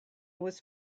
was